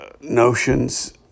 notions